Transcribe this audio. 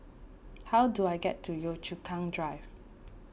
how do I get to Yio Chu Kang Drive